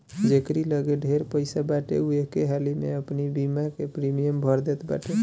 जकेरी लगे ढेर पईसा बाटे उ एके हाली में अपनी बीमा के प्रीमियम भर देत बाटे